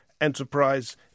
Enterprise